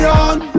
on